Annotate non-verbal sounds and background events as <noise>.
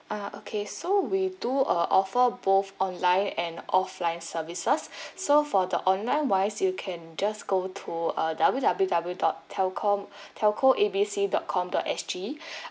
ah okay so we do uh offer both online and offline services <breath> so for the online wise you can just go to uh W_W_W dot telcom <breath> telco A B C dot com dot S_G <breath>